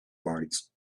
light